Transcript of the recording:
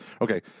okay